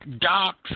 doc's